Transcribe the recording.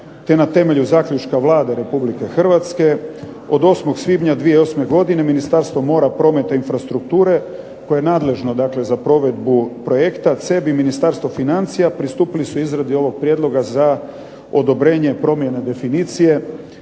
te na temelju zaključka Vlade Republike Hrvatske od 8. svibnja 2008. godine Ministarstvo mora, prometa i infrastrukture koje je nadležno dakle za provedbu projekta CEB i Ministarstvo financija pristupili su izradi ovog prijedloga za odobrenje promjena definicije